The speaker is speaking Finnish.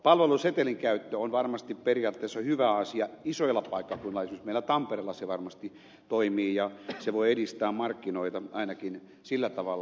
palvelusetelin käyttö on varmasti periaatteessa hyvä asia isoilla paikkakunnilla esimerkiksi meillä tampereella se varmasti toimii ja se voi edistää markkinoita ainakin sillä tavalla